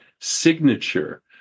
signature